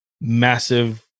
massive